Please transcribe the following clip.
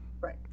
Right